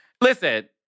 Listen